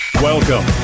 welcome